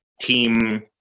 team